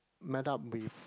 met up with